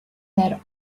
that